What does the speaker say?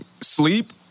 sleep